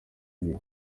biri